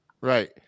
right